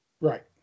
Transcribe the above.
Right